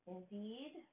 Indeed